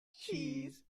cheese